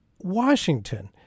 Washington